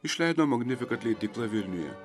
išleido magnifikat leidykla vilniuje